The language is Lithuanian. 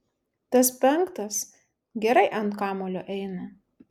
tas penktas gerai ant kamuolio eina